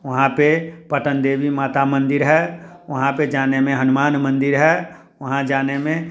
वहाँ पर पटन देवी माता मंदिर है वहाँ पर जाने में हनुमान मंदिर है वहाँ जाने में